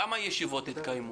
כמה ישיבות התקיימו?